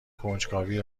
کنجکاوی